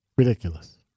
Ridiculous